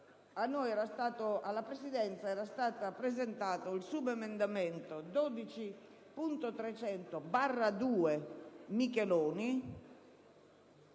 alla Presidenza era stato presentato il subemendamento 12.300/2, a firma Micheloni,